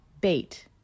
Bait